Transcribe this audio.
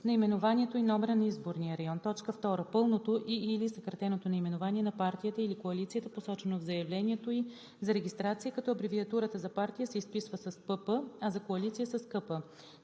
наименованието и номера на изборния район; 2. пълното и/или съкратеното наименование на партията или коалицията, посочено в заявлението ѝ за регистрация, като абревиатурата за партия се изписва с „ПП“, а за коалиция – с